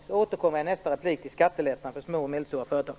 Jag återkommer i nästa replik till skattelättnader för små och medelstora företag.